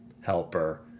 helper